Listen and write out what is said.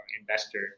investor